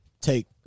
take